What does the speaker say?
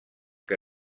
que